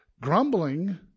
grumbling